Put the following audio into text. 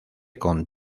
con